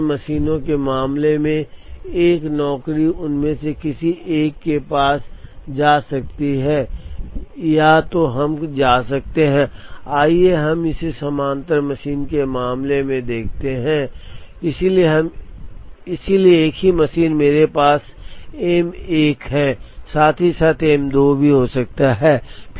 समानांतर मशीन के मामले में एक नौकरी उनमें से किसी एक के पास जा सकती है या तो हम जा सकते हैं आइए अब हम इसे समानांतर मशीन के मामले में देखते हैं इसलिए एक ही मशीन मेरे पास एम 1 के साथ साथ एम 2 भी हो सकता है